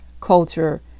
culture